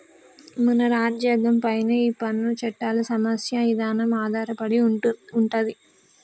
మన రాజ్యంగం పైనే ఈ పన్ను చట్టాల సమస్య ఇదానం ఆధారపడి ఉంటది